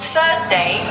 Thursday